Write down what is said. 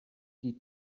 die